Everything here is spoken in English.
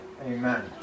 Amen